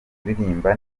uririmba